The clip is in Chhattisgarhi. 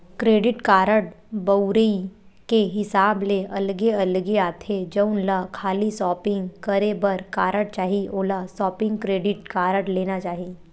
क्रेडिट कारड बउरई के हिसाब ले अलगे अलगे आथे, जउन ल खाली सॉपिंग करे बर कारड चाही ओला सॉपिंग क्रेडिट कारड लेना चाही